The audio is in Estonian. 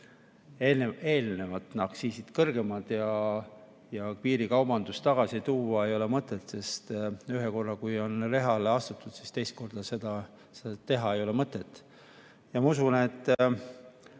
eelnevalt kõrgemad ja piirikaubandust tagasi tuua ei ole mõtet, sest kui ühe korra on rehale astutud, siis teist korda seda teha ei ole mõtet. Ma usun, et